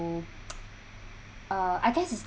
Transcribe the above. uh I guess is